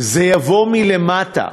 זה יבוא מלמטה,